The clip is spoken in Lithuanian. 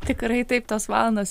tikrai taip tos valandos